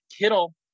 Kittle